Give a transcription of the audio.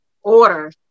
order